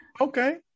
Okay